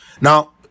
now